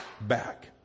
back